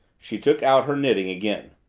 she took out her knitting again.